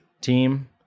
team